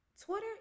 Twitter